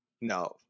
No